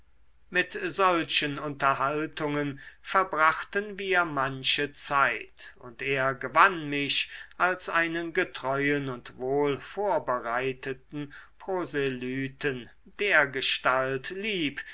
mit solchen unterhaltungen verbrachten wir manche zeit und er gewann mich als einen getreuen und wohl vorbereiteten proselyten dergestalt